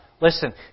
Listen